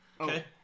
Okay